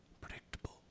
predictable